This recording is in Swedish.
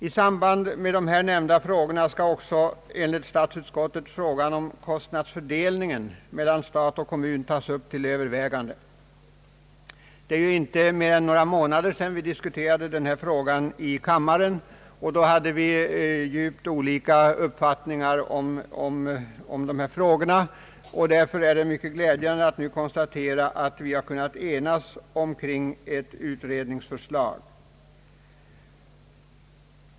I samband med de nu nämnda frågorna skall också enligt statsutskottet frågan om kostnadsfördelningen mellan stat och kommun tagas upp till övervägande. Det är inte mer än några månader sedan vi diskuterade den frågan i kammaren, och vi hade då djupt olika uppfattningar om den. Därför är det mycket glädjande att nu konstatera att vi har kunnat enas om ett utredningsförslag.